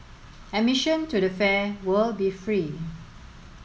admission to the fair will be free